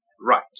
Right